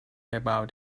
about